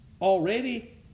already